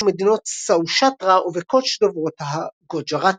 ומדינות סאושטרה וקוץ' דוברות הגוג'ארטית.